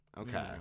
Okay